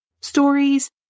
Stories